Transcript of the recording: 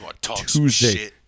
Tuesday